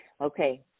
Okay